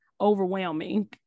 overwhelming